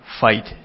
fight